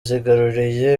zigaruriye